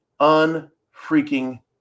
Unfreaking